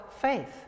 faith